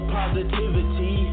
positivity